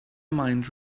mind